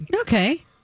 Okay